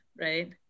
right